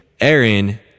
Aaron